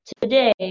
today